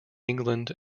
england